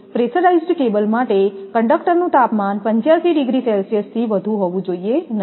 pressurised cable માટે કંડકટરનું તાપમાન 85 ડિગ્રી સેલ્સિયસથી વધુ હોવું જોઈએ નહીં